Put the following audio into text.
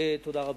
תודה רבה.